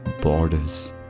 borders